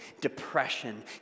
depression